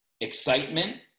excitement